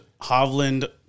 Hovland